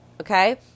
okay